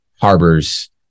harbors